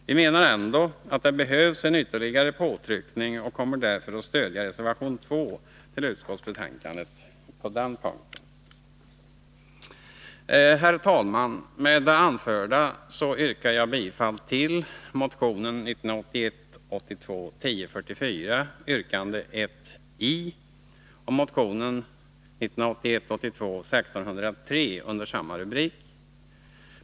Vi menar nog ändå att det behövs en ytterligare påtryckning, och vi kommer därför att stödja reservation nr 2 i utskottsbetänkandet. Herr talman! Med det anförda yrkar 'jag bifall till motion 1981 82:1603 under samma rubrik.